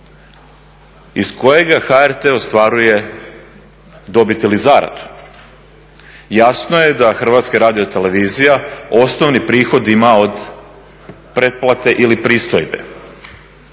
iz kojega HRT ostvaruje dobit ili zaradu. Jasno je da HRT osnovni prihod ima od pretplate ili pristojbe